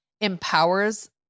empowers